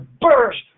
burst